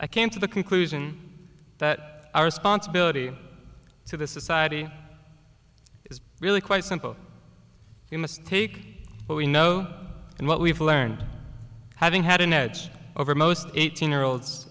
i came to the conclusion that our sponsibility to the society is really quite simple you must take what we know and what we've learned having had an edge over most eighteen year olds